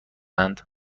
اند